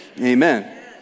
Amen